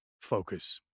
focus